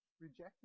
rejected